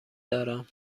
دارم